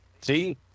See